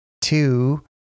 Two